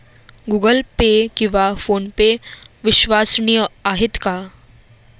Google Pay किंवा PhonePe विश्वसनीय आहेत का?